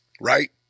right